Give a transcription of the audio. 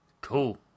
Cool